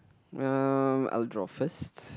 uh I will draw first